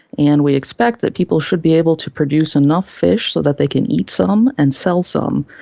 and we expect that people should be able to produce enough fish so that they can eat some and sell some,